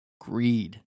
Greed